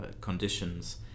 conditions